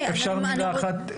אפשר מילה אחת,